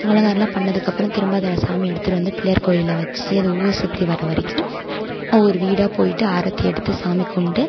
அலங்காரம் எல்லாம் பண்ணதுக்கு அப்புறம் திரும்ப அதை சாமியை எடுத்துட்டு வந்து பிள்ளையார் கோயிலில் வச்சு அதை ஊர் சுற்றி வர வரைக்கும் ஒவ்வொரு வீடாக போயிட்டு ஆரத்தி எடுத்து சாமி கும்பிட்டு